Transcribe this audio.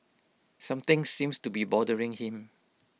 something seems to be bothering him